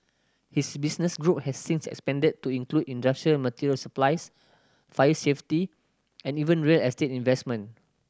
his business group has since expanded to include industrial material supplies fire safety and even real estate investment